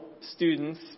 students